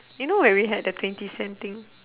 you know when we had the twenty cent thing